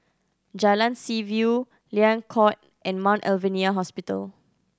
Jalan Seaview Liang Court and Mount Alvernia Hospital